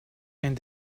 and